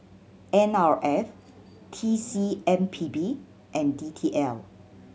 N R F T C M P B and D T L